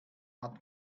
hat